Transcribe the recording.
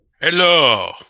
Hello